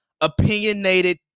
Opinionated